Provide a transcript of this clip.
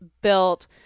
built